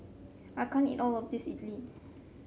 I can't eat all of this Idili